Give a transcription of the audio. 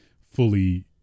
fully